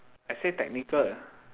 I say technical